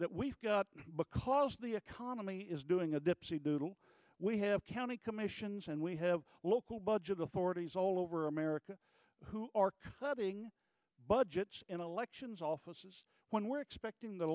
that we've got because the economy is doing a dipsy doodle we have county commissions and we have local budget authorities all over america who are cutting budgets in elections offices when we're expecting the